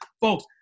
folks